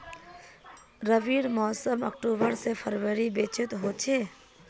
रविर मोसम अक्टूबर से फरवरीर बिचोत होचे